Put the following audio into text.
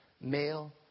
male